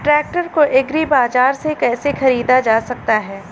Tractor को agri बाजार से कैसे ख़रीदा जा सकता हैं?